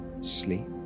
sleep